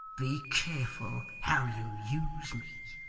be careful how you use me.